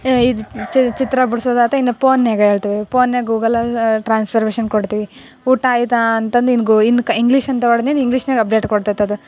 ಇದು ಚಿ ಚಿತ್ರ ಬಿಡ್ಸೋದಾಯ್ತು ಇನ್ನು ಪೋನಿನ್ಯಾಗ ಹೇಳ್ತೀವಿ ಪೋನಿನ್ಯಾಗ ಗೂಗಲ್ಲ ಟ್ರಾನ್ಸ್ಫರ್ಮೇಷನ್ ಕೊಡ್ತೀವಿ ಊಟ ಆಯಿತಾ ಅಂತಂದು ಇನ್ನು ಗೂ ಇನ್ನು ಕ ಇಂಗ್ಲೀಷ್ ಅಂತ ಹೊಡ್ದೀನಿ ಇಂಗ್ಲಿಷ್ನಾಗ ಅಪ್ಡೇಟ್ ಕೊಡ್ತೈತದು